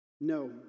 No